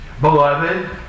Beloved